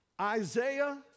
Isaiah